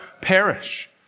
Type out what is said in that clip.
perish